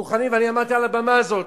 מוכנים, אני אומר זאת על הבמה הזאת,